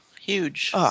huge